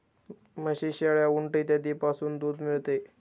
म्हशी, शेळ्या, उंट इत्यादींपासूनही दूध मिळते